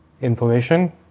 Inflammation